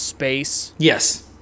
Yes